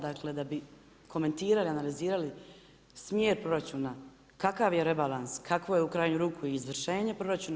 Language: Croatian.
Dakle, da bi komentirali, analizirali smjer proračuna, kakav je rebalans, kakvu je u krajnju ruku i izvršenje proračuna.